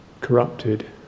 corrupted